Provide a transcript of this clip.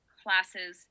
classes